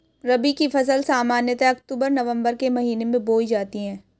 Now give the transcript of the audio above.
रबी की फ़सल सामान्यतः अक्तूबर नवम्बर के महीने में बोई जाती हैं